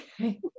Okay